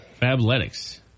Fabletics